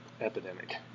epidemic